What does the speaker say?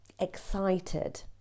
excited